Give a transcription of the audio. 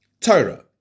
Torah